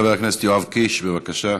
חבר הכנסת יואב קיש, בבקשה.